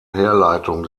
herleitung